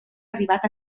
arribat